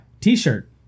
T-shirt